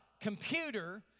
computer